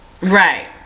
Right